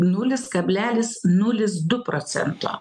nulis kablelis nulis du procento